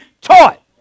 taught